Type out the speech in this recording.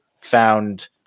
found